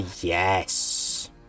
yes